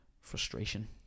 frustration